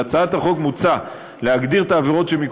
בהצעת החוק מוצע להגדיר את העבירות אשר